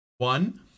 One